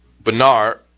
Bernard